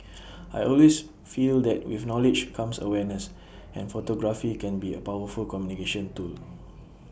I always feel that with knowledge comes awareness and photography can be A powerful communication tool